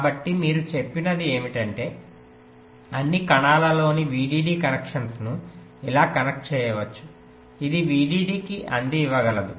కాబట్టి మీరు చెప్పినది ఏమిటంటే అన్ని కణాలలోని VDD కనెక్షన్లను ఇలా కనెక్ట్ చేయవచ్చు ఇది VDD కి అంది ఇవ్వగలదు